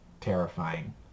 terrifying